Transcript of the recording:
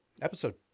episode